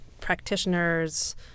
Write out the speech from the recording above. practitioners